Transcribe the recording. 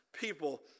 people